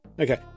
Okay